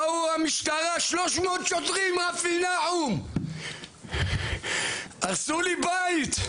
באו המשטרה 300 שוטרים רפי נחום הרסו לי בית,